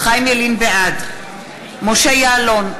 בעד משה יעלון,